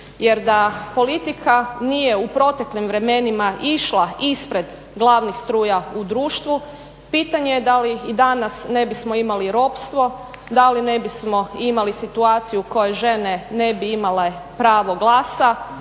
Jer da politika nije u proteklim vremenima išla ispred glavnih struja u društvu pitanje je da li i da nas ne bismo imali ropstvo, da li ne bismo imali situaciju u kojoj žene ne bi imale pravo glasa,